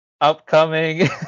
upcoming